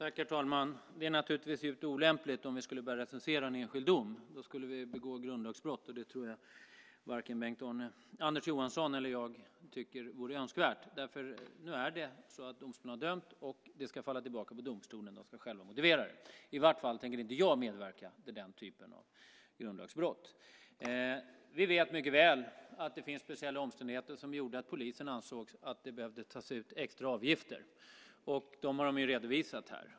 Herr talman! Det skulle naturligtvis vara helt olämpligt om vi började recensera en enskild dom. Då skulle vi begå grundlagsbrott, och det tror jag inte att vare sig Bengt-Anders Johansson eller jag tycker är önskvärt. Det är domstolen som har dömt, och det ska falla tillbaka på domstolen, som själv ska motivera det. Jag tänker i varje fall inte medverka till den typen av grundlagsbrott. Vi vet mycket väl att det var speciella omständigheter som gjorde att polisen ansåg att det behövde tas ut extra avgifter. De har redovisat dem.